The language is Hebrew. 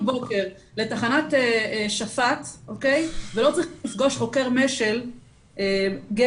בוקר לתחנת שפט ולא צריך לפגוש חוקר מש"ל גבר,